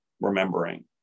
remembering